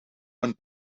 een